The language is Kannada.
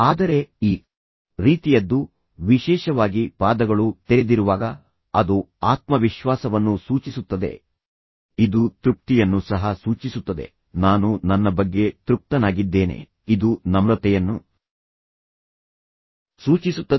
ಆದರೆ ಈ ರೀತಿಯದ್ದು ವಿಶೇಷವಾಗಿ ಪಾದಗಳು ತೆರೆದಿರುವಾಗ ಅದು ಆತ್ಮವಿಶ್ವಾಸವನ್ನು ಸೂಚಿಸುತ್ತದೆ ಇದು ತೃಪ್ತಿಯನ್ನು ಸಹ ಸೂಚಿಸುತ್ತದೆ ನಾನು ನನ್ನ ಬಗ್ಗೆ ತೃಪ್ತನಾಗಿದ್ದೇನೆ ಇದು ನಮ್ರತೆಯನ್ನು ಸೂಚಿಸುತ್ತದೆ